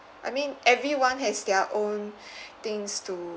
I mean everyone has their own things to